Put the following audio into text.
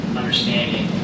understanding